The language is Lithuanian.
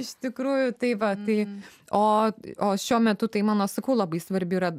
iš tikrųjų tai va tai o o šiuo metu tai mano sakau labai svarbi yra